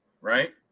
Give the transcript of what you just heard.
Right